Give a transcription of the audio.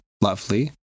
lovely